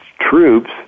troops